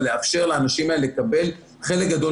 אבל הכוונה היא לאפשר לאנשים האלה לקבל חלק גדול